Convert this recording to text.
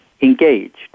engaged